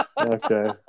okay